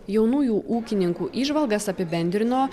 jaunųjų ūkininkų įžvalgas apibendrino